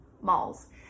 malls